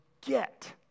get